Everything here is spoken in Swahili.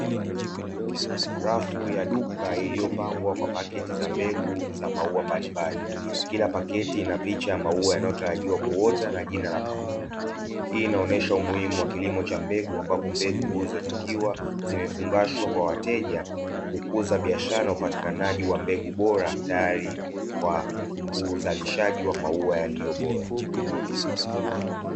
Rafu ya duka iliyopangwa kwa pakiti za mbegu za maua mbalimbali kila pakiti inapicha ya maua yanayotarajiwa kuota na jina la kampuni, hii inaonesha umuhimu wa kilimo cha mbegu ambapo mbegu huuzwa zikiwa zimefungashwa kwa wateja, kukuza biashara na upatikanaji wa mbegu bora tayari kwa uzalishaji wa maua yaliyo bora.